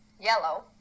yellow